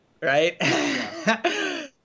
right